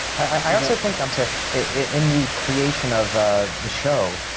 i also think, um so in the creation of the show,